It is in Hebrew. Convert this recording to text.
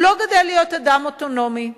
הוא לא גדל להיות אדם אוטונומי.